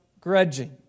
grudging